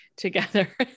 Together